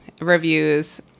reviews